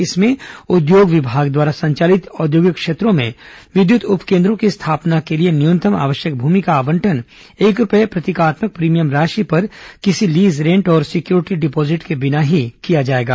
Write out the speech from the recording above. इसमें उद्योग विभाग द्वारा संचालित औद्योगिक क्षेत्रों में विद्युत उपकेन्द्रों की स्थापना के लिए न्यूनतम आवश्यक भूमि का आबंटन एक रूपए प्रतीकात्मक प्रीमियम राशि पर किसी लीज रेंट और सिक्यूरिटी डिपॉजिट के बिना ही किया जाएगा